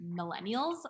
millennials